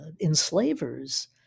enslavers